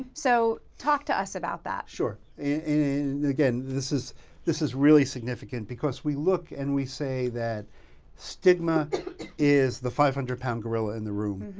so, talk to us about that. sure. and again, this is this is really significant because we look and we say that stigma is the five hundred pound gorilla in the room.